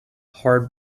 hard